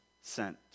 sent